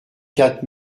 quatre